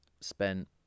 spent